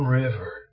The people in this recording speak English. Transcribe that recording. river